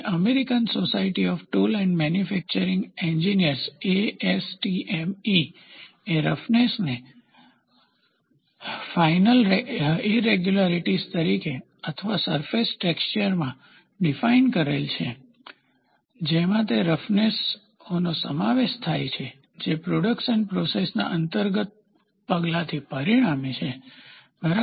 American Society of Tool અને Manufacturing Engineers એ રફનેસને ફાઇનર ઈરેગ્યુલારીટીઝ તરીકે અથવા સરફેસટેક્સચર માં ડીફાઇન્ડ કરેલ છે જેમાં તે રફનેસ ઓનો સમાવેશ થાય છે જે પ્રોડક્શન પ્રોસેસ ના અંતર્ગત પગલાથી પરિણમે છે બરાબર